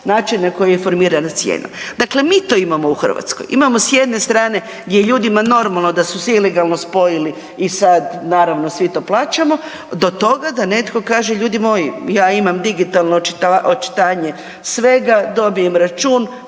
način na koji je formirana cijena. Dakle, mi to imamo u Hrvatskoj, imamo s jedne strane gdje je ljudima normalno da su se ilegalno spojili i sad naravno svi to plaćamo do toga da netko kaže ljudi moji ja imam digitalno očitanje svega, dobijem račun,